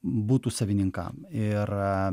butų savininkams ir